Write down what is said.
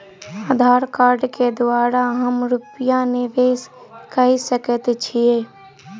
आधार कार्ड केँ द्वारा हम रूपया निवेश कऽ सकैत छीयै?